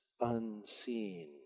unseen